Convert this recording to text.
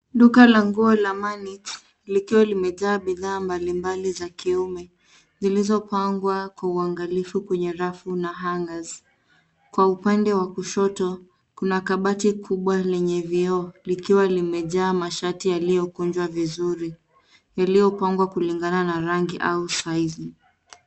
Duka la nguo la Manix likiwa limejaa bidhaa mbalimbali za kiume, zilizopangwa kwa uangalifu kwenye rafu na hangers . Kwa upande wa kushoto, kuna kabati kubwa lenye vioo likiwa limejaa mashati yaliyokunjwa vizuri, yalipangwa kulingana na rangi au saizi.